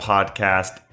Podcast